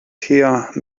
here